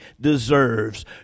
deserves